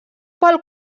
pel